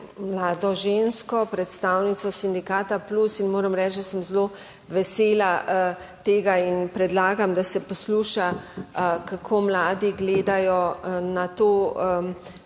mlado žensko, predstavnico Sindikata Plus in moram reči, da sem zelo vesela tega in predlagam, da se posluša, kako mladi gledajo na to, da